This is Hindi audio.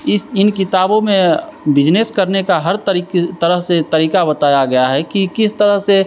इस इन किताबों में बिजनेस करने का हर तरीक़े तरह से तरीक़ा बताया गया है कि किस तरह से